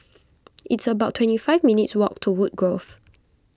it's about twenty five minutes' walk to Woodgrove